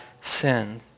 sin